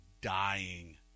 dying